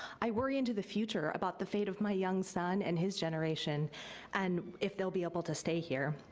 i worry into the future about the fate of my young son and his generation and if they'll be able to stay here.